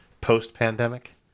post-pandemic